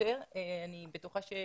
אני לא משווה,